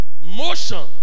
Motion